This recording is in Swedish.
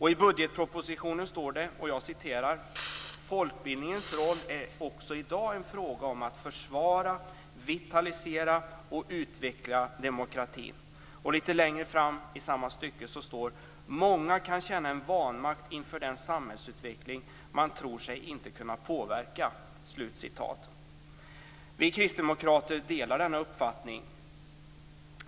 I budgetpropositionen står det: "Folkbildningens roll är också i dag en fråga om att försvara, vitalisera och utveckla demokratin. - Många kan känna en vanmakt inför en samhällsutveckling som man tror sig inte kunna påverka." Kristdemokraterna delar denna uppfattning.